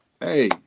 Hey